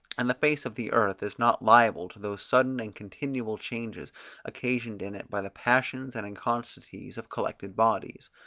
and the face of the earth is not liable to those sudden and continual changes occasioned in it by the passions and inconstancies of collected bodies.